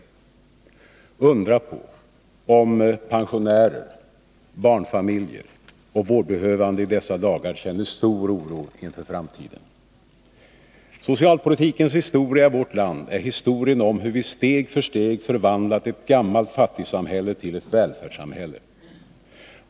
Undra på om pensionärer, barnfamiljer och vårdbehövande i dessa dagar känner stor oro inför framtiden. Socialpolitikens historia i vårt land är historien om hur vi steg för steg förvandlat ett gammalt fattigsamhälle till ett välfärdssamhälle.